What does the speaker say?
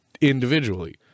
individually